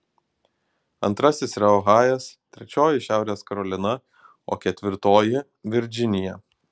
antrasis yra ohajas trečioji šiaurės karolina o ketvirtoji virdžinija